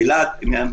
אלעד עדיין אדומה במפה.